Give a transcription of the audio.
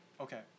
Okay